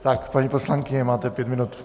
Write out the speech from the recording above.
Tak, paní poslankyně, máte pět minut.